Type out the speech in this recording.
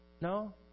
no